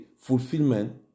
fulfillment